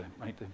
right